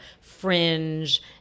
fringe